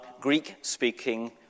Greek-speaking